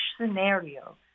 scenario